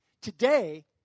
Today